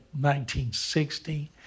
1960